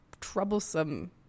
troublesome